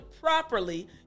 properly